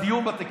בדיון בתיקים,